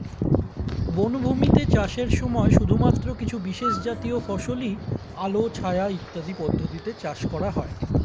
বনভূমিতে চাষের সময় শুধুমাত্র কিছু বিশেষজাতীয় ফসলই আলো ছায়া ইত্যাদি পদ্ধতিতে চাষ করা হয়